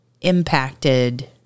impacted